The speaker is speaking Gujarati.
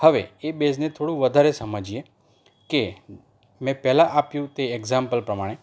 હવે એ બેઝને થોડું વધારે સમજીએ કે મેં પહેલાં આપ્યું તે એક્ઝામ્પલ પ્રમાણે